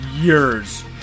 years